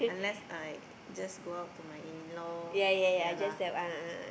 unless I just go out to my in law yeah lah